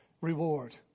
reward